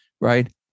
right